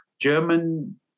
German